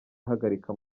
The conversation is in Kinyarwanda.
ahagarika